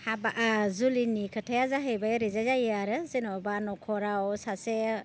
हाबा जुलिनि खोथाया जाहैबाय ओरैजाय जायो आरो जेनेबा न'खराव सासे